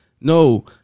No